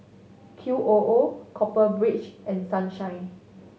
Q O O Copper Ridge and Sunshine